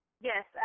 Yes